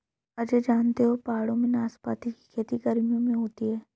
अजय जानते हो पहाड़ों में नाशपाती की खेती गर्मियों में होती है